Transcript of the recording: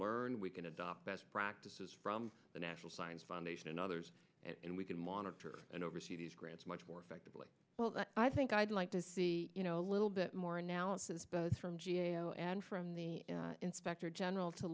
learn we can adopt best practices from the national science foundation and others and we can monitor and oversee these grants much more effectively well i think i'd like to see you know a little bit more analysis both from g a o and from the inspector general to